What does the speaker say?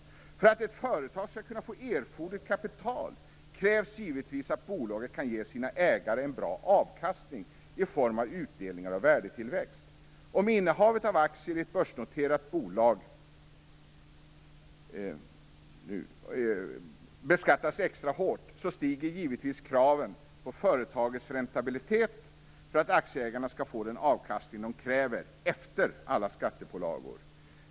För att ett företag skall kunna få erforderligt kapital krävs givetvis att bolaget kan ge sina ägare en bra avkastning i form av utdelningar och värdetillväxt. Om innehavet av aktier i ett börsnoterat bolag beskattas extra hårt, stiger givetvis kraven på företagets räntabilitet för att aktieägarna skall få den avkastning de kräver efter alla skattepålagor.